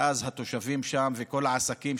ואז התושבים שם וכל העסקים,